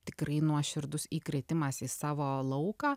tikrai nuoširdus įkritimas į savo lauką